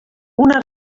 una